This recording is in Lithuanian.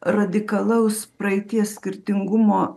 radikalaus praeities skirtingumo